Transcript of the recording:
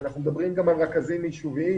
ואנחנו מדברים גם על רכזים יישוביים.